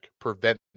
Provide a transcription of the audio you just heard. prevent